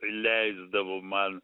leisdavo man